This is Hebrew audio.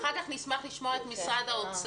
אחר כך נשמח לשמוע את משרד האוצר.